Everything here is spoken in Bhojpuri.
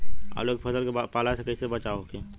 आलू के फसल के पाला से कइसे बचाव होखि?